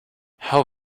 how